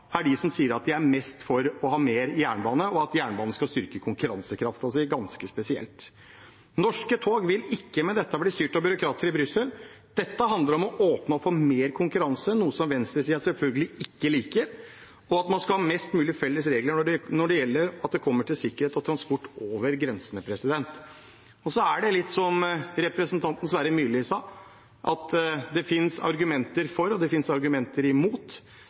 er de som sier at de er mest for å ha mer jernbane, og at jernbanen skal styrke konkurransekraften sin. Det er ganske spesielt. Norske tog vil med dette ikke bli styrt av byråkrater i Brussel. Dette handler om å åpne opp for mer konkurranse – noe venstresiden selvfølgelig ikke liker – og at man skal ha mest mulig felles regler når det gjelder sikkerhet og transport over grensene. Som representanten Sverre Myrli sa, finnes det argumenter for, og det finnes argumenter imot.